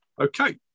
Okay